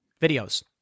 videos